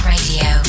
Radio